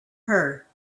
her